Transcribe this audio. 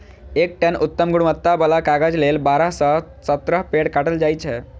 एक टन उत्तम गुणवत्ता बला कागज लेल बारह सं सत्रह पेड़ काटल जाइ छै